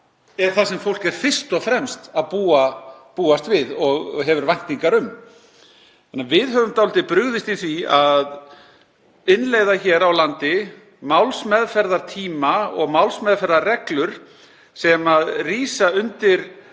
það sem fólk er fyrst og fremst að búast við og hefur væntingar um. Við höfum dálítið brugðist í því að innleiða hér á landi málsmeðferðartíma og málsmeðferðarreglur sem rísa undir